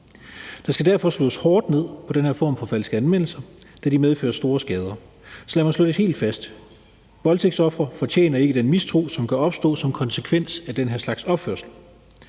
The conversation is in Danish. Der skal derfor slås hårdt ned på den her form for falske anmeldelser, da de medfører store skader. Så lad mig slå det helt fast: Voldtægtsofre fortjener ikke den mistro, som kan opstå som konsekvens af den her slags opførsel.